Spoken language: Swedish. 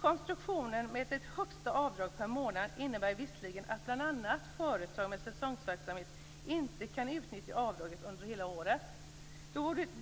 Konstruktionen med ett högsta avdrag per månad innebär visserligen att bl.a. företag med säsongsverksamhet inte kan utnyttja avdraget under hela året.